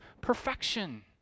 perfection